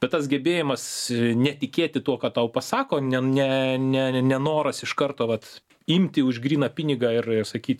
bet tas gebėjimas netikėti tuo ką tau pasako ne ne ne nenoras iš karto vat imti už gryną pinigą ir ir sakyt